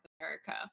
america